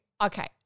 Okay